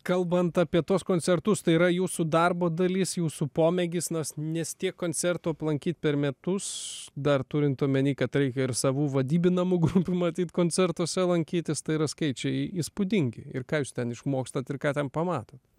kalbant apie tuos koncertus tai yra jūsų darbo dalis jūsų pomėgis nas nes tiek koncertų aplankyt per metus dar turint omeny kad reikia ir savų vadybinamų grupių matyt koncertuose lankytis tai yra skaičiai įspūdingi ir ką jūs ten išmokstat ir ką ten pamatot